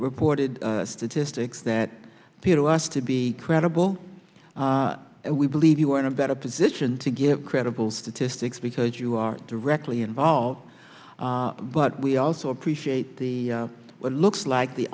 reported statistics that us to be credible and we believe you are in a better position to give credible statistics because you are directly involved but we also appreciate the looks like the